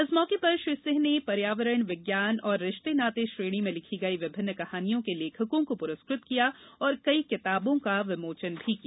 इस मौके पर श्री सिंह ने पर्यावरण विज्ञान और रिश्ते नाते श्रेणी में लिखी गई विभिन्न कहानियों के लेखकों को पुरस्कृत किया और कई किताबों का विमोचन भी किया